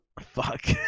Fuck